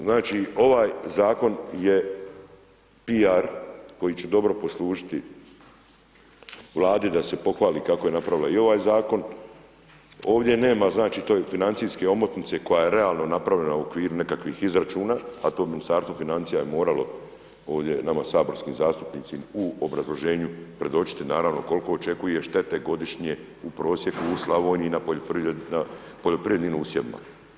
Znači ovaj zakon je PR koji će dobro poslužiti Vladi da se pohvali kako je napravila i ovaj zakon, ovdje nema znači te financijske omotnice koja je realno napravljena u okviru nekakvih izračuna a to Ministarstvo financija je moralo ovdje nama saborskim zastupnicima u obrazloženju predočiti naravno koliko očekuje štete godišnje u prosjeku u Slavoniji na poljoprivrednim usjevima.